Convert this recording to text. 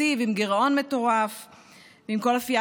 ולעוד הרבה מאוד דברים חשובים.